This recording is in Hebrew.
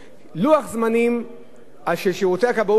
בתוך כמה זמן הם צריכים לענות תשובות על בקשות,